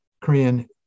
Korean